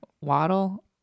Waddle